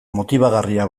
motibagarria